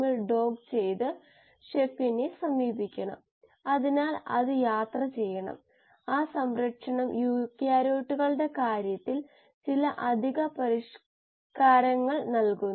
fed batch ഞാൻ നിങ്ങളെ പരിചയപ്പെടുത്തിയെ ഉള്ളൂ കാരണം ഇത് സങ്കീർണ്ണമാണ്